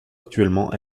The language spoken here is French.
actuellement